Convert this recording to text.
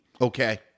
Okay